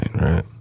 right